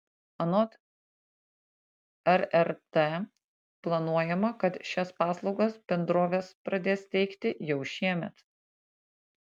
anot rrt planuojama kad šias paslaugas bendrovės pradės teikti jau šiemet